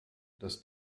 dass